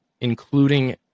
including